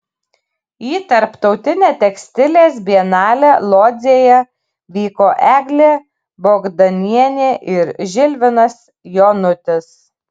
į tarptautinę tekstilės bienalę lodzėje vyko eglė bogdanienė ir žilvinas jonutis